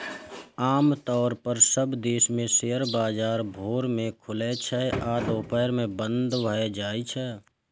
आम तौर पर सब देश मे शेयर बाजार भोर मे खुलै छै आ दुपहर मे बंद भए जाइ छै